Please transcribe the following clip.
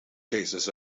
cases